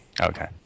Okay